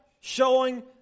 showing